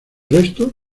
restos